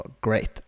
great